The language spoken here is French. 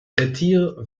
retire